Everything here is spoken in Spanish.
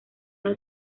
los